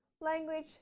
language